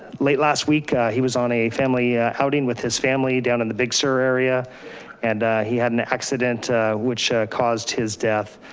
late last week he was on a family outing with his family down in the big sur area and he had an accident which caused his death.